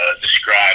describe